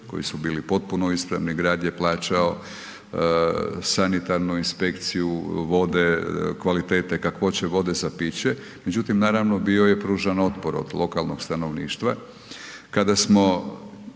koji su bili potpuno ispravni, grad je plaćao sanitarnu inspekciju vode kvalitete, kakvoće vode za piće, međutim naravno bio je pružan otpor od lokalnog stanovništva. Kada smo